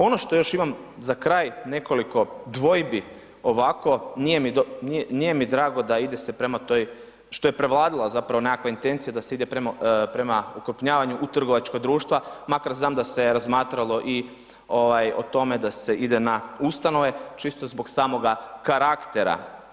Ono što još imam za kraj nekoliko dvojbi ovako, nije mi drago da ide se prema toj, što je prevladala zapravo nekakva intencija da se ide prema ukrupnjavanju u trgovačka društva makar znam da se razmatralo i o tome da se ide na ustanove, čisto zbog samoga karaktera.